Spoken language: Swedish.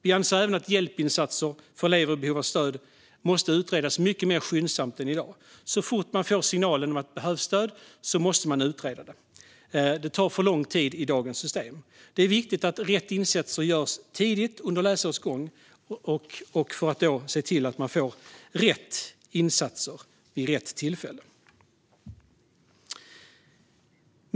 Vi anser även att hjälpinsatser för elever i behov av stöd måste utredas mycket mer skyndsamt än i dag. Så fort man får signalen att det behövs stöd måste det utredas. I dagens system tar det för lång tid. Det är viktigt att insatser görs tidigt under läsårets gång så att man får rätt insatser vid rätt tillfälle.